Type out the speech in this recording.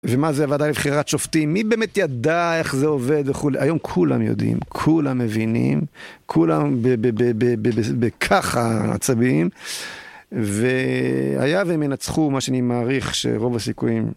ומה זה הוועדה לבחירת שופטים, מי באמת ידע איך זה עובד וכולי, היום כולם יודעים, כולם מבינים, כולם בככה מצביעים, והיה והם ינצחו מה שאני מעריך שרוב הסיכויים...